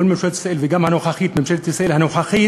כל ממשלות ישראל וגם ממשלת ישראל הנוכחית,